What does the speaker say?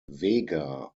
vega